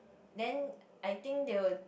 then I think they would